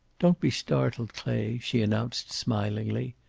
don't be startled, clay, she announced, smilingly.